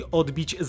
odbić